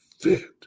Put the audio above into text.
fit